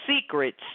secrets